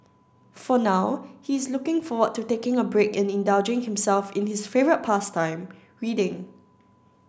for now he is looking forward to taking a break and indulging himself in his favourite pastime reading